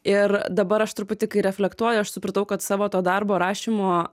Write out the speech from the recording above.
ir dabar aš truputį kai reflektuoju aš supratau kad savo to darbo rašymo